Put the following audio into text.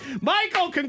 michael